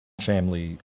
family